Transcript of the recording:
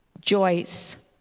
Joyce